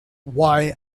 why